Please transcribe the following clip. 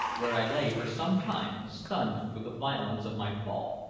where i lay for some time stunned with the violence of my fall.